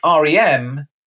REM